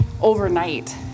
overnight